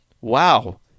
wow